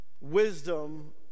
wisdom